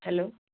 hello